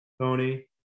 tony